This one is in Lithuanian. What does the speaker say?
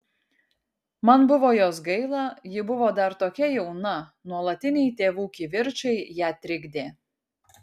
man buvo jos gaila ji buvo dar tokia jauna nuolatiniai tėvų kivirčai ją trikdė